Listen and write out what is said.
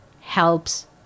helps